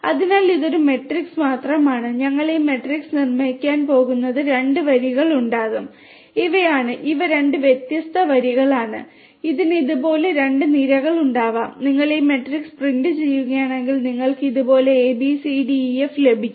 അതിനാൽ ഇത് ഒരു മാട്രിക്സ് മാത്രമാണ് ഞങ്ങൾ ഈ മാട്രിക്സ് നിർമ്മിക്കാൻ പോകുന്നത് 2 വരികൾ ഉണ്ടാകും ഇവയാണ് ഇവ 2 വ്യത്യസ്ത വരികളാണ് ഇതിന് ഇതുപോലെ 3 നിരകളുണ്ടാകും നിങ്ങൾ ഈ മാട്രിക്സ് പ്രിന്റ് ചെയ്യുകയാണെങ്കിൽ നിങ്ങൾക്ക് ഇത് പോലെ a b c d e f ലഭിക്കും